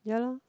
ya l[oh]